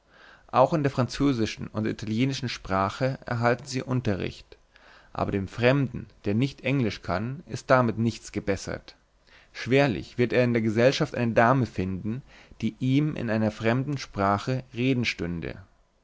auch in der französischen und italienischen sprache erhalten sie unterricht aber dem fremden der nicht englisch kann ist damit nichts gebessert schwerlich wird er in der gesellschaft eine dame finden die ihm in einer fremden sprache rede